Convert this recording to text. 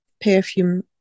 perfume